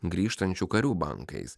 grįžtančių karių bankais